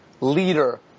Leader